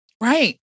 Right